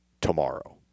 tomorrow